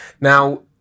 now